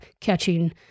catching